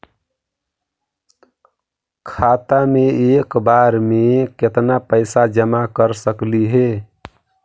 खाता मे एक बार मे केत्ना पैसा जमा कर सकली हे?